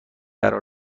قرار